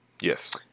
Yes